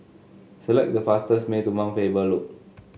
select the fastest way to Mount Faber Loop